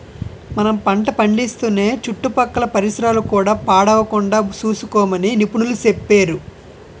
మనం పంట పండిస్తూనే చుట్టుపక్కల పరిసరాలు కూడా పాడవకుండా సూసుకోమని నిపుణులు సెప్పేరు